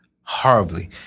horribly